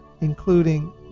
including